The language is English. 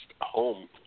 Home